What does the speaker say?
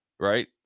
right